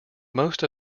most